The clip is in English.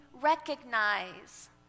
recognize